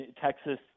Texas